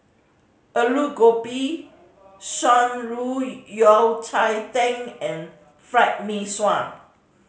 Aloo Gobi Shan Rui Yao Cai Tang and Fried Mee Sua